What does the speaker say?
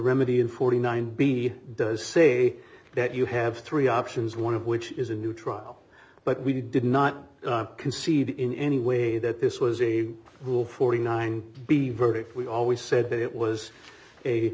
remedy in forty nine b does say that you have three options one of which is a new trial but we did not concede in any way that this was a rule forty nine dollars b verdict we always said that it was a